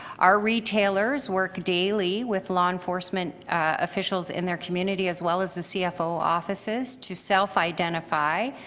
our retailers work daily with law enforcement officials in their community as well as the cfo offices to self identify.